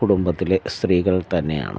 കുടുംബത്തിലെ സ്ത്രീകൾ തന്നെയാണ്